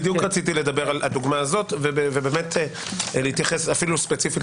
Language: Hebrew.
בדיוק רציתי לדבר על הדוגמה הזאת ואפילו להתייחס ספציפית